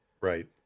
Right